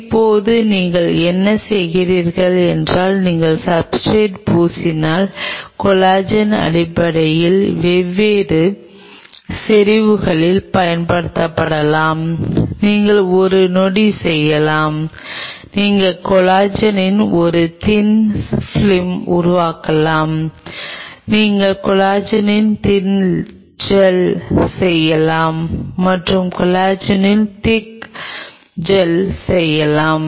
இப்போது நீங்கள் என்ன செய்கிறீர்கள் என்றால் நீங்கள் சப்ஸ்ர்டேட் பூசினால் கொலாஜன் அடிப்படையில் வெவ்வேறு செறிவுகளில் பயன்படுத்தப்படலாம் நீங்கள் ஒரு நொடி செய்யலாம் நீங்கள் கொலாஜனின் ஒரு தின் பிலிம் உருவாக்கலாம் நீங்கள் கொலாஜனின் தின் ஜெல் செய்யலாம் மற்றும் கொலாஜனின் திக் ஜெல் செய்யலாம்